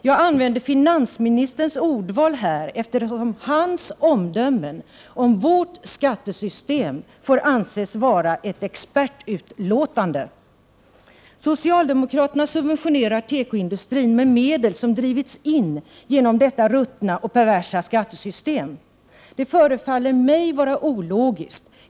Jag använder finansministerns ordval här, eftersom hans omdömen om vårt skattesystem får anses vara ett expertutlåtande. Socialdemokraterna subventionerar tekoindustrin med medel som drivits in genom detta ruttna och perversa skattesystem. Detta förefaller mig vara ologiskt.